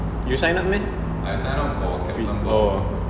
you sign up meh